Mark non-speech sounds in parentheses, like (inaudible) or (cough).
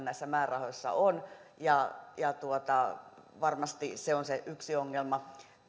(unintelligible) näissä määrärahoissa on ja ja varmasti se on yksi ongelma